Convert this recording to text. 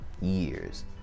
years